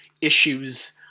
issues